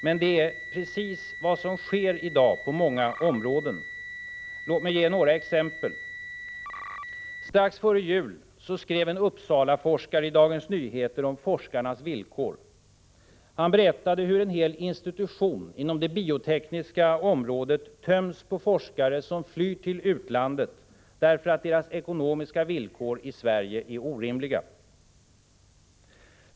Men det är precis vad som sker på flera områden. Prot. 1985/86:70 Låt mig ge några exempel. 5 februari 1986 Strax före jul skrev en Uppsalaforskare i Dagens Nyheter om forskarnas villkor. Han berättade hur en hel institution inom det biotekniska området töms på forskare som flyr till utlandet därför att deras ekonomiska villkor i Sverige är orimliga.